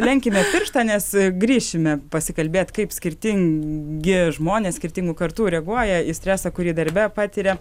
lenkime pirštą nes grįšime pasikalbėt kaip skirtingi žmonės skirtingų kartų reaguoja į stresą kurį darbe patiria